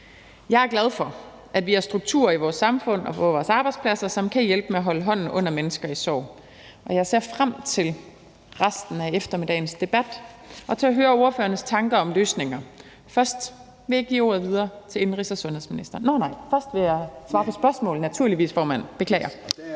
Jeg er glad for, at vi har en struktur i vores samfund og på vores arbejdspladser, som kan hjælpe med at holde hånden under mennesker i sorg. Og jeg ser frem til resten af eftermiddagens debat og til at høre ordførernes tanker om løsninger. Først vil jeg give ordet videre til indenrigs- og sundhedsministeren. Nej, først vil jeg svare på spørgsmål. Naturligvis, formand – jeg beklager.